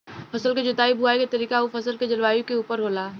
फसल के जोताई बुआई के तरीका उ फसल के जलवायु के उपर होला